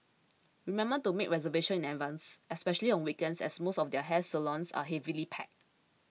remember to make reservation in advance especially on weekends as most of these hair salons are heavily packed